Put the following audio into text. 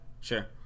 sure